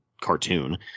cartoon